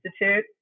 Institute